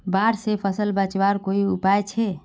बाढ़ से फसल बचवार कोई उपाय छे?